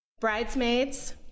Bridesmaids